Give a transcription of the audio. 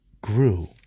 grew